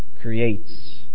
Creates